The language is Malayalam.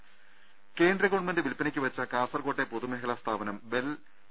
ദ്ദേ കേന്ദ്ര ഗവൺമെന്റ് വിൽപ്പനയ്ക്ക് വെച്ച കാസർകോട്ടെ പൊതുമേഖലാ സ്ഥാപനം ബെൽ ഇ